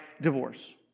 divorce